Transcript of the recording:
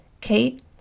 Kate